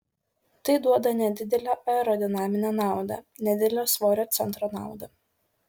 tai duoda nedidelę aerodinaminę naudą nedidelę svorio centro naudą